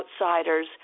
outsiders